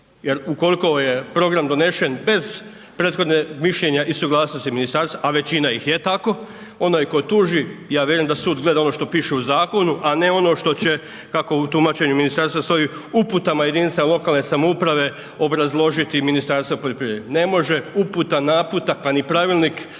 jer ukoliko je program donesen bez prethodnog mišljenja i suglasnosti ministarstva, a većina ih je tako, onaj tko tuži, ja vjerujem da sud gleda ono što piše u zakonu a ne ono što će kako u tumačenju ministarstva stoji, uputama jedinicama lokalne samouprave, obrazložiti Ministarstvo poljoprivrede. Ne može uputa, naputak pa ni pravilnik